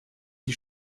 die